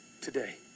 today